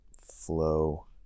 flow